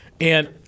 and-